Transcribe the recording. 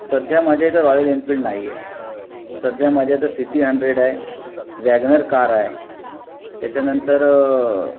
सध्या माझ्या इथे रॉयल एनफिल्ड नाही आहे सध्या माझ्या इथे सिटी हंड्रेड आहे वॅग्नर कार आहे त्याच्यानंतर